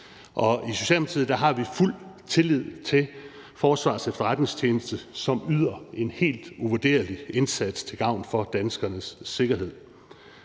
i Socialdemokratiet har vi fuld tillid til Forsvarets Efterretningstjeneste, som yder en helt uvurderlig indsats til gavn for danskernes sikkerhed.